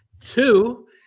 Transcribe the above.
two